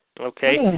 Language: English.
Okay